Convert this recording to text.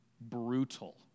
brutal